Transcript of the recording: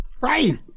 right